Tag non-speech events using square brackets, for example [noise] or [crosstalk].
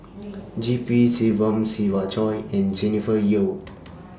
[noise] G P Selvam Siva Choy and Jennifer Yeo [noise]